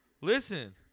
Listen